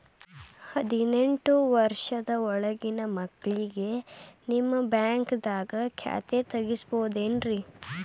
ಹದಿನೆಂಟು ವರ್ಷದ ಒಳಗಿನ ಮಕ್ಳಿಗೆ ನಿಮ್ಮ ಬ್ಯಾಂಕ್ದಾಗ ಖಾತೆ ತೆಗಿಬಹುದೆನ್ರಿ?